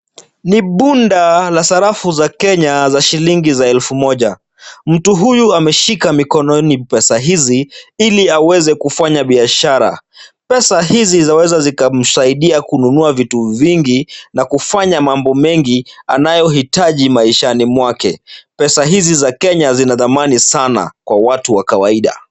Ni bunda la sarafu za Kenya za shilingi za elfu moja. Mtu huyu ameshika mikononi pesa hizi ili aweze kufanya biashara. Pesa hizi zaweza zikamsaidia kununua vitu vingi na kufanya mambo mengi anayohitaji maishani mwake. Pesa hizi za Kenya zina thamani sana kwa watu wa kawaida.